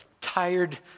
tired